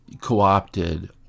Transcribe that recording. co-opted